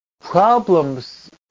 problems